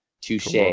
touche